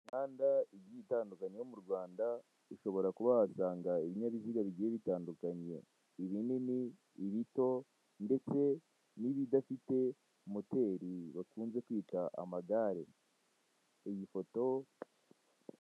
Imihanda igiye itandukanye yo mu Rwanda ushobora kuba wahasanga ibinyabiziga bitandukanye, ibinini, ibito, ndetse n'ibidafite moteri bakunze kwita amagare, iyi foto..